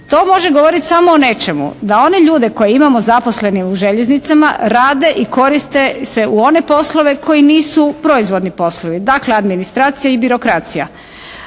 To može govoriti samo o nečemu. Da one ljude koje imamo zaposlene u Željeznicama rade i koriste se u one poslove koji nisu proizvodni poslovi. Dakle administracija i birokracija.